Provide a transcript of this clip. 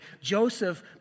Joseph